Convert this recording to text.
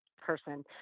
person